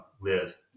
live